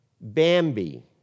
Bambi